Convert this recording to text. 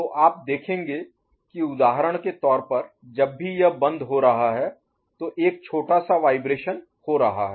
तो आप देखेंगे कि उदाहरण के तौर पर जब भी यह बंद हो रहा है तो एक छोटा सा वाइब्रेशन कंपन हो रहा है